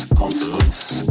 consequences